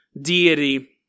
deity